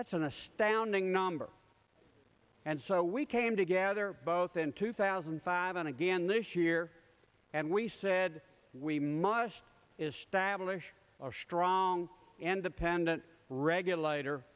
that's an astounding number and so we came together both in two thousand and five and again this year and we said we must establish a strong independent regulator